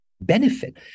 benefit